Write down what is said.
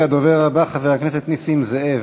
הדובר הבא, חבר הכנסת נסים זאב,